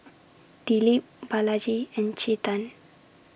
Dilip Balaji and Chetan